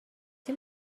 این